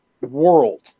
world